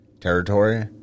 territory